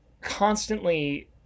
constantly